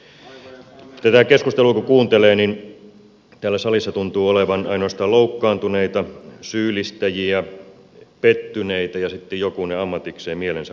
tätä keskustelua kun kuuntelee niin täällä salissa tuntuu olevan ainoastaan loukkaantuneita syyllistäjiä pettyneitä ja sitten jokunen ammatikseen mielensä pahoittanut